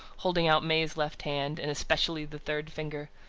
holding out may's left hand, and especially the third finger,